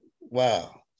wow